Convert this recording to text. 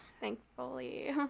thankfully